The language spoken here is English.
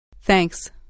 Thanks